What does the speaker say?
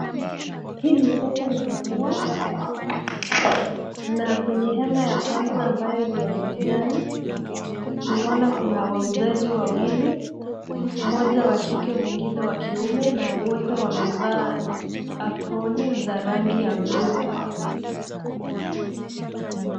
Hii ni soko la maua na kwenye hema ya kwanza ambayo ni ya kijani tunaona kuna wauzaji wawili. Mmoja wa kike, mwingine wa kiume na wote wamevaa aproni za rangi ya bluu.